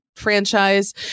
franchise